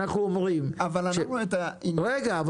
--- רגע,